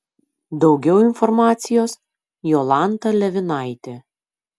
daugiau informacijos jolanta levinaitė